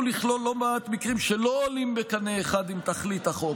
לכלול לא מעט מקרים שלא עולים בקנה אחד עם תכלית החוק,